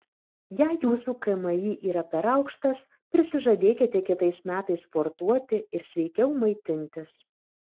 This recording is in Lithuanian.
jei jūsų kmi yra per aukštas prisižadėkite kitais metais sportuoti ir sveikiau maitintis